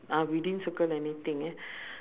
ah we didn't circle anything yeah